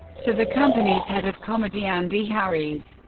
to the company's head of comedy andy harries.